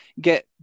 get